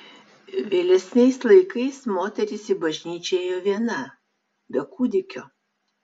vėlesniais laikais moteris į bažnyčią ėjo viena be kūdikio